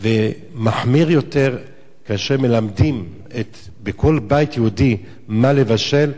ומחמיר יותר כאשר מלמדים בכל בית יהודי מה לבשל,